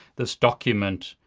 this document,